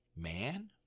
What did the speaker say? man